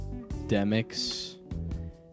Demix